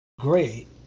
great